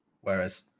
Whereas